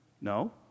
No